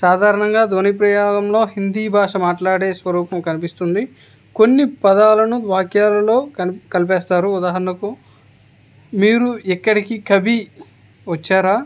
సాధారణంగా ధ్వని ప్రయోగంలో హిందీ భాష మాట్లాడే స్వరూపం కనిపిస్తుంది కొన్ని పదాలను వాక్యాలలో కలిపేస్తారు ఉదాహరణకు మీరు ఇక్కడికి ఖబీ వచ్చారా